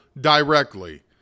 directly